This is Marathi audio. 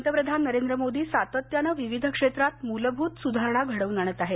पंतप्रधान नरेंद्र मोदी सातत्यानं विविध क्षेत्रात मूलभूत सुधारणा घडवून आणत आहेत